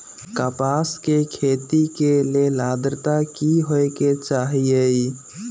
कपास के खेती के लेल अद्रता की होए के चहिऐई?